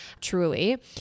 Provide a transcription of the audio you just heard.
Truly